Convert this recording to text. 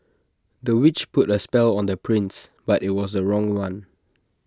the witch put A spell on the prince but IT was the wrong one